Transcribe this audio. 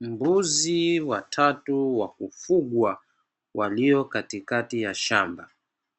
Mbuzi watatu wa kufugwa walio katikati ya shamba,